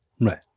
Right